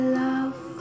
love